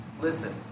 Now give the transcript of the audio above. Listen